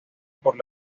por